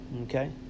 Okay